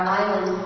island